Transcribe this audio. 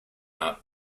art